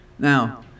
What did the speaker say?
Now